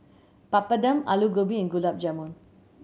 Papadum Alu Gobi and Gulab Jamun